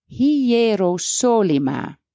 Hierosolima